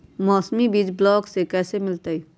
मौसमी बीज ब्लॉक से कैसे मिलताई?